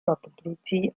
probability